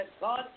God